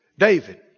David